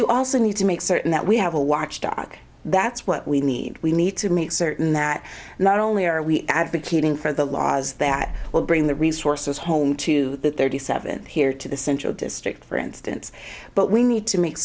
you also need to make certain that we have a watchdog that's what we need we need to make certain that not only are we advocating for the laws that will bring the resources home to the thirty seven here to the central district for instance but we need to make